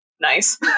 nice